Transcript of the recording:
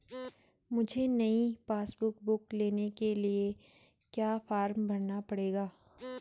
मुझे नयी passbook book लेने के लिए क्या फार्म भरना पड़ेगा?